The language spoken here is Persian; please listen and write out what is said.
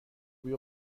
بوی